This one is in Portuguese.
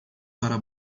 para